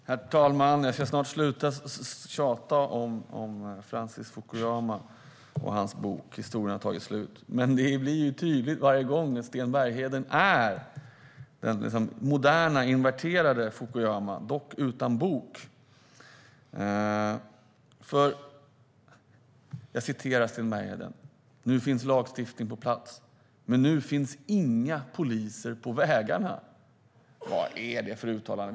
Herr talman! Jag ska snart sluta tjata om Francis Fukuyama och hans bok Historiens slut och den sista människan . Men det är tydligt att Sten Bergheden är den moderna, inverterade Fukuyama, dock utan bok. Sten Bergheden säger att "vi nu har gett polisen verktygen, men på vägarna finns det inga poliser som ska utföra jobbet på vägarna." Vad är det för uttalande?